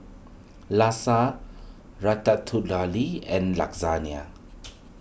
Lasa Ratatouille and